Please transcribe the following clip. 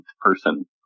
person